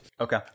Okay